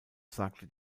sagte